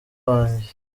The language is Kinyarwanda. wanjye